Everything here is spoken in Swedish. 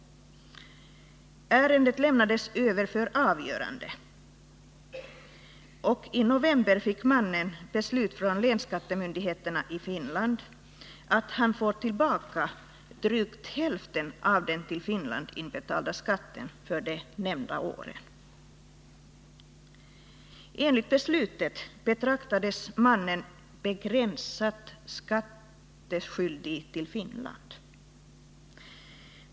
Ärendet lämnades över för avgörande. I november fick mannen beslut från länsskattemyndigheten i Finland att han får tillbaka drygt hälften av den till Finland inbetalade skatten för de nämnda åren. Enligt beslutet betraktades mannen som begränsat skattskyldig till Finland.